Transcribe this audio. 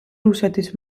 რუსეთის